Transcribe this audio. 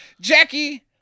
Jackie